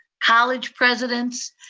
college presidents,